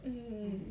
mm